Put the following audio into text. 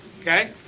Okay